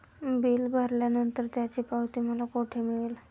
Bill भरल्यानंतर त्याची पावती मला कुठे मिळेल?